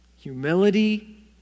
Humility